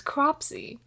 Cropsy